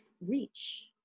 reach